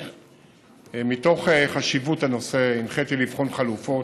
מתוך חשיבות הנושא הנחיתי לבחון חלופות.